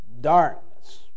darkness